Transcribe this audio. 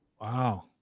wow